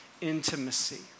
Intimacy